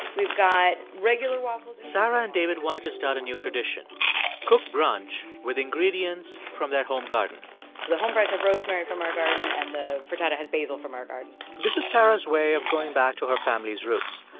we've got regular waffles and. sarah and david wanted to start a new tradition cook brunch with ingredients from their home garden the home fries have rosemary from our garden, and the frittata has basil from our garden this is sarah's way of going back to her family's roots.